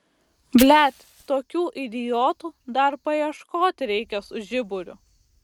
blet tokių idiotų dar paieškot reikia su žiburiu